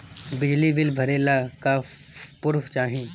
बिजली बिल भरे ला का पुर्फ चाही?